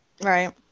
right